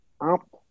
up